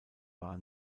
bar